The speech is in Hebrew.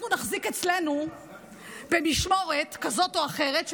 אנחנו נחזיק אצלנו במשמורת כזאת או אחרת,